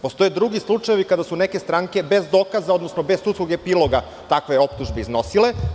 Postoje drugi slučajevi, kada su neke stranke bez dokaza, odnosno bez sudskog epiloga, takve optužbe iznosile.